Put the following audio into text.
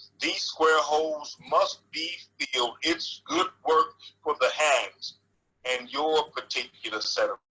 these square holes must be filled. it's good work for the hags and your particular, sort of